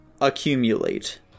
accumulate